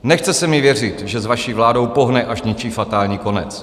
Nechce se mi věřit, že s vaší vládou pohne až něčí fatální konec.